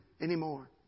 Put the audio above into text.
anymore